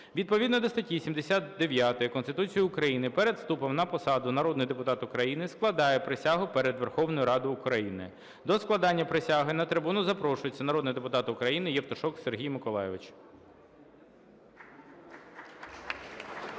Відповідно до статті 79 Конституції України перед вступом на посаду народний депутат України складає присягу перед Верховною Радою України. До складання присяги на трибуну запрошується народний депутат України Євтушок Сергій Миколайович.